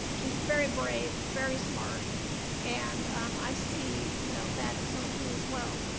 she's very brave very smart and i see you know that in some of you as well.